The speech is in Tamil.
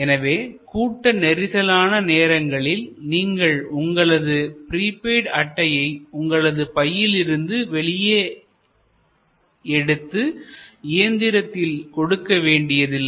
எனவே கூட்ட நெரிசலான நேரங்களில் நீங்கள் உங்களது ப்ரீபெய்ட் அட்டையை உங்களது பையிலிருந்து வெளியே எடுத்து இயந்திரத்தில் கொடுக்க வேண்டியதில்லை